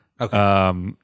Okay